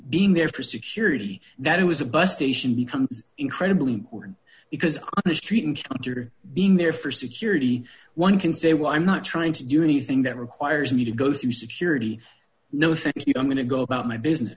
being there for security that it was a bus station becomes incredibly important because on a street encounter being there for security one can say well i'm not trying to do anything that requires me to go through security know if i'm going to go about my business